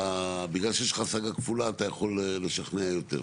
שבגלל שיש לך השגה כפולה אתה יכול לשכנע יותר.